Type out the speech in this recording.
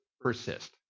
persist